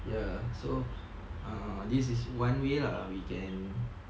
ya so uh this is one way lah we can